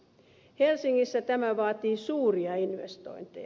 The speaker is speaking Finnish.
helsingissä tämä vaatii suuria investointeja